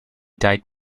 died